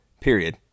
period